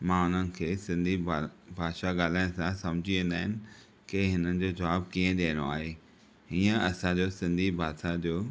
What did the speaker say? मां उन्हनि खे सिंधी भाषा ॻाल्हाए सां समिझी वेंदा आहिनि कि हिननि जो जवाब कीअं ॾियणो आहे हीअं असां जो सिंधी भाषा जो